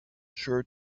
sure